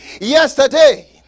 Yesterday